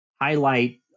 highlight